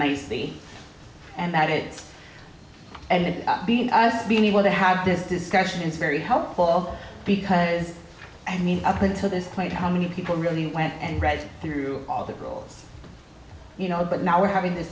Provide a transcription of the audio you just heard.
nicely and that it and that being us being able to have this discussion is very helpful because i mean up until this point how many people really went and read through all the girls you know but now we're having this